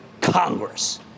congress